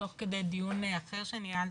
תוך כדי דיון אחר שניהלתי.